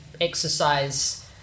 exercise